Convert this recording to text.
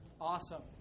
Awesome